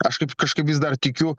aš kaip kažkaip vis dar tikiu